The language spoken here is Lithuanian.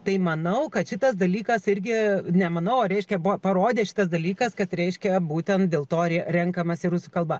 tai manau kad šitas dalykas irgi nemanau o reiškia buvo parodė šitas dalykas kad reiškia būtent dėl to renkamasi rusų kalba